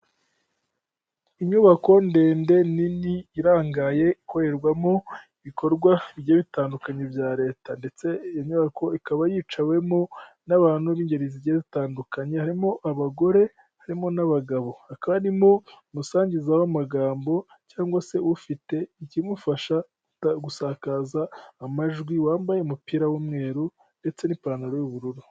Inyubako ndende nini irangaye, ikorerwamo ibikorwa bigiye bitandukanye bya Leta ndetse iyo nyubako ikaba yicawemo n'abantu b'ingeri zitandukanye, harimo abagore harimo n'abagabo, hakaba harimo umusangiza w'amagambo cyangwa se ufite ikimufasha gusakaza amajwi wambaye umupira w'umweru ndetse n'ipantaro y'ubururu.